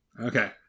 Okay